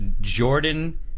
Jordan